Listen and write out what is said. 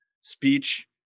speech